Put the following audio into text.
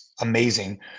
amazing